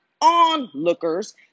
onlookers